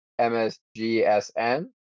MSGSN